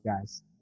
guys